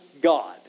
God